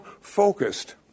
focused